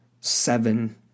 seven